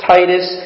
Titus